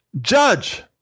judge